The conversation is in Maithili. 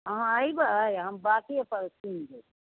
अहाँ अयबै आ हम बाटे पर चीन्ह जायब